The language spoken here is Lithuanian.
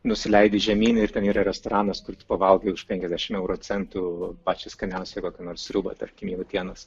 nusileidi žemyn ir ten yra restoranas kur tu pavalgai už penkiasdešimt euro centų pačią skaniausią kokią nors sriubą tarkim jautienos